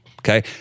okay